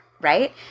right